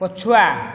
ପଛୁଆ